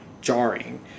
jarring